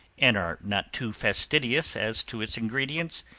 and are not too fastidious as to its ingredients,